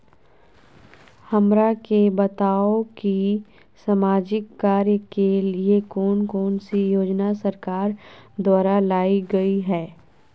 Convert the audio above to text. हमरा के बताओ कि सामाजिक कार्य के लिए कौन कौन सी योजना सरकार द्वारा लाई गई है?